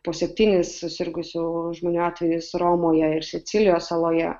po septynis susirgusių žmonių atvejis romoje ir sicilijos saloje